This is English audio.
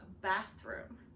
bathroom